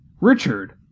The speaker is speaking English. Richard